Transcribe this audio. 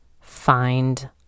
find